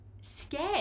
scared